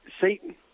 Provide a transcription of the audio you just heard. Satan